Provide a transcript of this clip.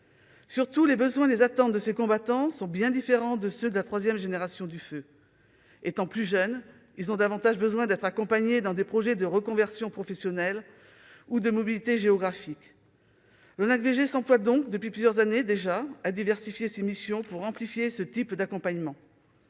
Surtout, les besoins et les attentes de ces combattants sont bien différents de ceux de la troisième génération du feu. Étant plus jeunes, ils ont davantage besoin d'être accompagnés dans des projets de reconversion professionnelle ou de mobilité géographique. L'ONACVG s'emploie donc, depuis plusieurs années déjà, à diversifier ses missions pour amplifier ce type d'accompagnement.